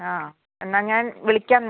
ആ എന്നാൽ ഞാൻ വിളിക്കാം